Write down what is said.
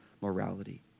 morality